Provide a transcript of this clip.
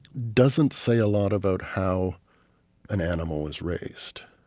doesn't say a lot about how an animal is raised.